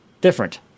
Different